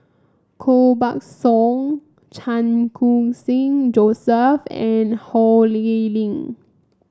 Koh Buck Song Chan Khun Sing Joseph and Ho Lee Ling